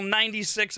96